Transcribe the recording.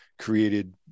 created